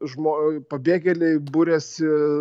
žmo pabėgėliai buriasi